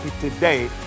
today